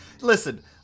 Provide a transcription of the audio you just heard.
listen